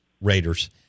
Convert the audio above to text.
Raiders